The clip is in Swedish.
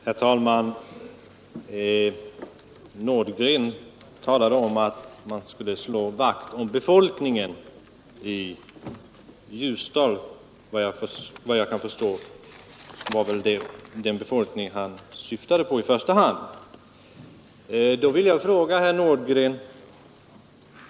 Herr talman! Herr Nordgren talade om att man skulle slå vakt om befolkningen i Ljusdal — såvitt jag förstår var det i första hand den befolkningen han avsåg.